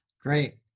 Great